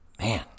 man